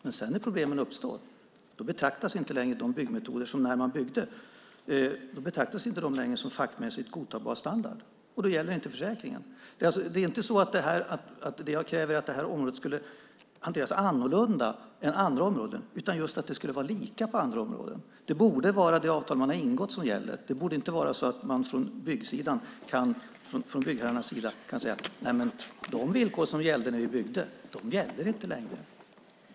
När sedan problemen uppstår betraktas inte längre byggmetoderna som fackmässigt godtagbar standard, och då gäller inte försäkringen. Jag kräver inte att det här området skulle hanteras annorlunda än andra områden, utan att det ska vara lika på andra områden. Det borde vara det avtal man har ingått som gäller. Det borde inte vara så att man från byggherrarnas sida kan säga: De villkor som gällde när vi byggde gäller inte längre.